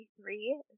three